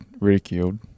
ridiculed